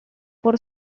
por